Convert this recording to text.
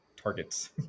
targets